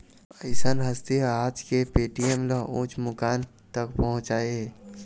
अइसन हस्ती ह आज ये पेटीएम ल उँच मुकाम तक पहुचाय हे